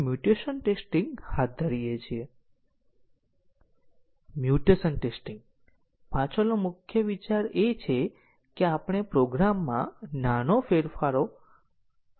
પછી અમારી પાસે એક નાનું સાધન છે જેને ડાયનેમિક પ્રોગ્રામ એનાલિઝર તરીકે ઓળખવામાં આવે છે